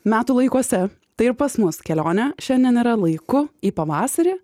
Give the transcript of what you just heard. metų laikuose tai ir pas mus kelionė šiandien yra laiku į pavasarį